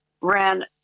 ran